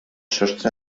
sostre